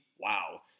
Wow